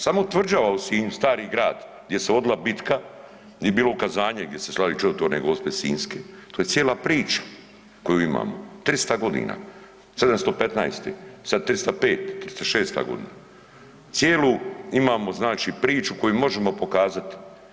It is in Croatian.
Samo tvrđava u Sinju, Stari Grad gdje se vodila bitka, di je bilo ukazanje, gdje se slavi Čudotvorne Gospe Sinjske, to je cijela priča koju imamo 300.g., '715., sad 305., 306.g. Cijelu imamo znači priču koju možemo pokazati.